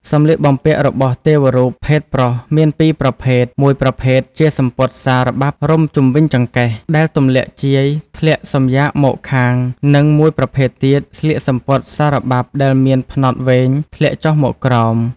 សម្លៀកបំពាក់របស់ទេវរូបភេទប្រុសមានពីរប្រភេទ មួយប្រភេទជាសំពត់សារបាប់រុំជុំវិញចង្កេះ ដែលទម្លាក់ជាយធ្លាក់សំយាកមកខាង និងមួយប្រភេទទៀតស្លៀកសំពត់សារបាប់ដែលមានផ្នត់វែងធ្លាក់ចុះមកក្រោម។